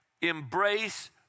Embrace